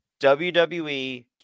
WWE